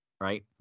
right